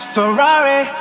Ferrari